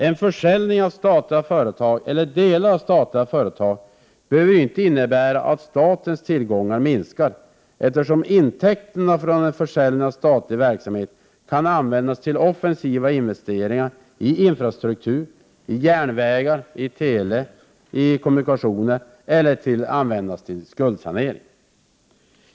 En försäljning av statliga företag eller delar av statliga företag behöver ju inte innebära att statens tillgångar minskar, eftersom intäkterna från en försäljning av statlig verksamhet kan användas till offensiva investeringar i infrastruktur, i järnvägar, i tele, i kommunikationer eller till skuldsanering.